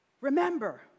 Remember